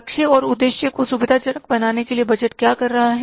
लक्ष्य और उद्देश्य को सुविधाजनक बनाने के लिए बजट क्या कर रहा है